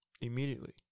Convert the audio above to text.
immediately